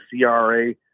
CRA